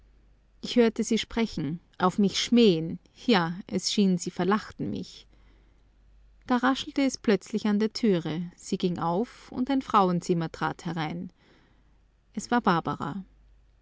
ich hörte sie sprechen auf mich schmähen ja es schien sie verlachten mich da raschelte es plötzlich an der türe sie ging auf und ein frauenzimmer trat herein es war barbara